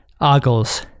ogles